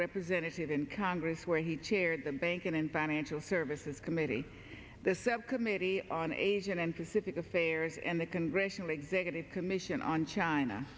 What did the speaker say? representative in congress where he chaired the banking and financial services committee the subcommittee on asian and pacific affairs and the congressional executive commission on china